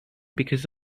because